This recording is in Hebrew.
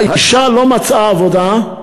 האישה לא מצאה עבודה,